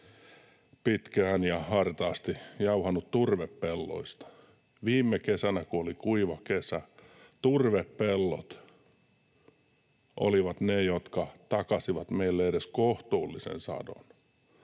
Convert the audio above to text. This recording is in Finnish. pitkään ja hartaasti jauhanut turvepelloista. Viime kesänä, kun oli kuiva kesä, turvepellot olivat ne, jotka takasivat meille edes kohtuullisen sadon.